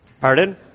Pardon